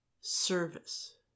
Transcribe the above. service